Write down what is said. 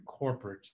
corporates